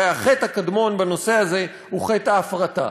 הרי החטא הקדמון בנושא הזה הוא חטא ההפרטה.